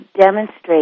demonstrate